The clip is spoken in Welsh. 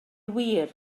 wir